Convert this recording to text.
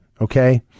okay